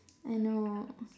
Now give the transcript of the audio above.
I know